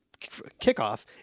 kickoff